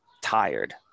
tired